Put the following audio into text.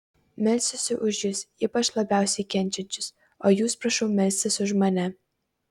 melsiuosi už jus ypač labiausiai kenčiančius o jūs prašau melstis už mane